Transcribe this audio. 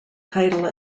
title